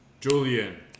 Julian